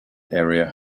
area